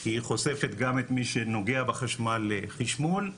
היא חושפת גם את מי שנוגע בחשמל לחשמול,